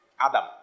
Adam